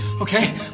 okay